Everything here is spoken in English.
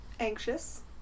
Anxious